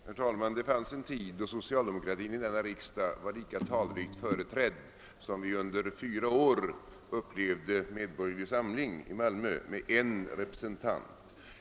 Herr talman! Det fanns en tid då socialdemokraterna var lika talrikt företrädda i denna riksdag som medborgerlig samling i Malmö var under fyra år, nämligen med en representant.